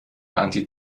anti